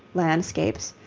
landscapes,